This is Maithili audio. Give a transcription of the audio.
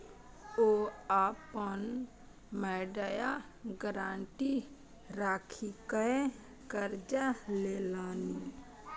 ओ अपन मड़ैया गारंटी राखिकए करजा लेलनि